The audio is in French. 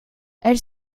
elle